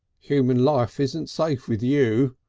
human life isn't safe with you,